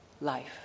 life